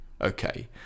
okay